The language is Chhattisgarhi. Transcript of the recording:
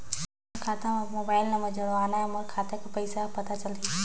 मोर खाता मां मोला मोबाइल नंबर जोड़वाना हे मोर खाता के पइसा ह पता चलाही?